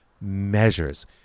measures